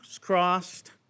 crossed